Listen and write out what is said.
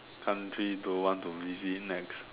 country do you want to visit next